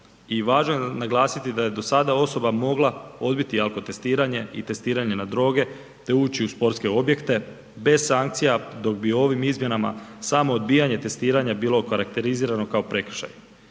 važno je naglasiti da je do sada osoba mogla odbiti alkotestiranje i testiranje na droge te ući u sportske objekte bez sankcija dok bi ovim izmjenama samo odbijanje testiranja bilo okarakterizirano kao prekršaj.